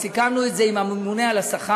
וסיכמנו את זה עם הממונה על השכר.